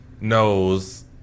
knows